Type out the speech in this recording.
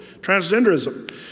transgenderism